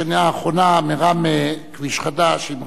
אם כי ראיתי בשנה האחרונה מראמה כביש חדש עם רמזור,